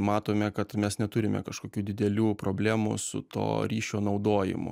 matome kad mes neturime kažkokių didelių problemų su to ryšio naudojimu